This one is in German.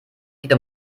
geht